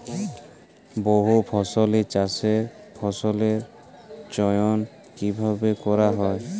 বহুফসলী চাষে ফসলের চয়ন কীভাবে করা হয়?